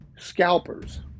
scalpers